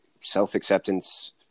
self-acceptance